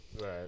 Right